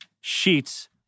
sheets